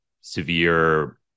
severe